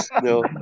No